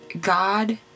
God